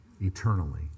Eternally